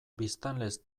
biztanlez